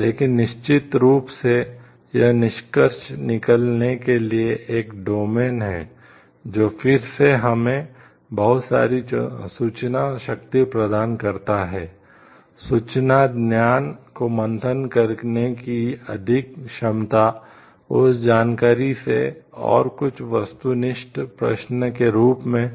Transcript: लेकिन निश्चित रूप से यह निष्कर्ष निकालने के लिए एक डोमेन है जो फिर से हमें बहुत सारी सूचना शक्ति प्रदान करता है सूचना ज्ञान को मंथन करने की अधिक क्षमता उस जानकारी से और कुछ वस्तुनिष्ठ प्रश्न के रूप में